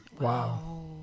Wow